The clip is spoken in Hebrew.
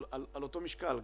על אותו משקל,